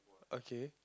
okay